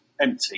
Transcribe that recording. empty